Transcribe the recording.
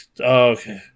Okay